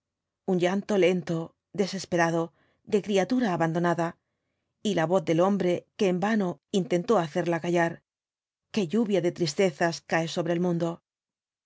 un llanto lento desesperado de criatura abandonada y la voz del hombre que en vano intentó hacerla callar qué lluvia de tristezas cae sobre el mundo